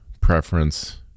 preference